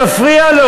מפריע לו,